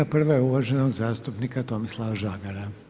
Prva je uvaženog zastupnika Tomislava Žagara.